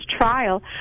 trial